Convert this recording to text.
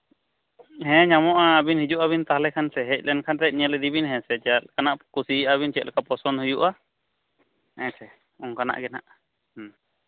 ᱦᱮᱸ ᱧᱟᱢᱚᱜᱼᱟ ᱟᱹᱵᱤᱱ ᱦᱤᱡᱩᱜ ᱟᱹᱵᱤᱱ ᱛᱟᱦᱚᱞᱮ ᱠᱷᱟᱱ ᱥᱮ ᱦᱮᱡ ᱞᱮᱱᱠᱷᱟᱱ ᱥᱮ ᱧᱮᱞ ᱤᱫᱤ ᱵᱤᱱ ᱦᱮᱸ ᱥᱮ ᱪᱮᱫ ᱞᱮᱠᱟᱱᱟᱜ ᱠᱩᱥᱤᱭᱟᱜ ᱵᱤᱱ ᱪᱮᱫ ᱞᱮᱠᱟ ᱯᱚᱥᱚᱱᱫ ᱦᱩᱭᱩᱜᱼᱟ ᱦᱮᱸ ᱥᱮ ᱚᱱᱠᱟᱱᱟᱜ ᱦᱟᱸᱜ